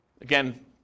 Again